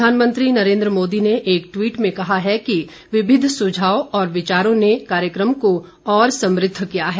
प्रधानमंत्री नरेन्द्र मोदी ने एक ट्वीट में कहा है कि विविध सुझाव और विचारों ने कार्यक्रम को और समृद्ध किया है